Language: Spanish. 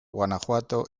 guanajuato